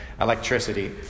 electricity